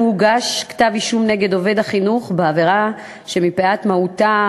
הוגש כתב-אישום נגד עובד החינוך בעבירה שמפאת מהותה,